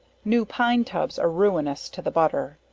new pine tubs are ruinous to the butter.